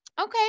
okay